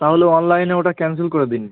তাহলে অনলাইনে ওটা ক্যানসেল করে দিন